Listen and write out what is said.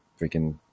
freaking